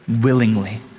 willingly